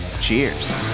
cheers